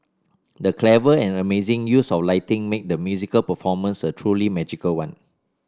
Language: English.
the clever and amazing use of lighting made the musical performance a truly magical one